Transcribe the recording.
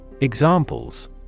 Examples